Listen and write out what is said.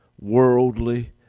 worldly